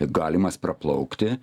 galimas praplaukti